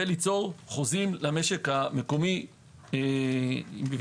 וליצור חוזים למשק המקומי וייצוא.